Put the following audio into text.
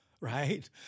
right